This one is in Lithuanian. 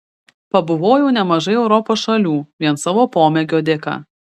pabuvojau nemažai europos šalių vien savo pomėgio dėka